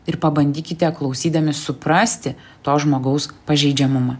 ir pabandykite klausydami suprasti to žmogaus pažeidžiamumą